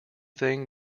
thing